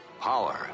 Power